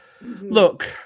Look